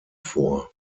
vor